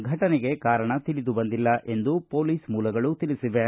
ಫಟನೆಗೆ ಕಾರಣ ತಿಳಿದುಬಂದಿಲ್ಲ ಎಂದು ಪೊಲೀಸ್ ಮೂಲಗಳು ತಿಳಿಸಿವೆ